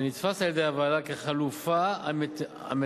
ונתפס על-ידי הוועדה כחלופה המיטבית,